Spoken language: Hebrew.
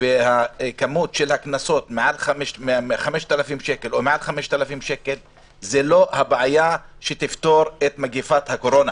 וכמות הקנסות מעל 5,000 שקל זו לא הבעיה שתפתור את מגפת הקורונה.